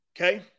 Okay